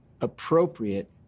appropriate